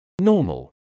Normal